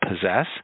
possess